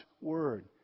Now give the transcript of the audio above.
word